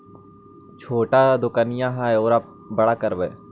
छोटा दोकनिया है ओरा बड़ा करवै?